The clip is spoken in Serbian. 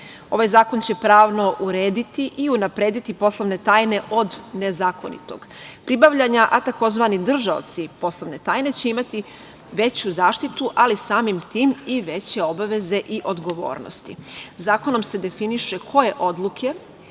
Ovaj zakon će pravno urediti i unaprediti poslovne tajne od nezakonitog pribavljanja, a tzv. držaoci poslovne tajne će imati veću zaštitu, ali samim tim i veće obaveze i odgovornosti. Zakonom se definiše koje odlike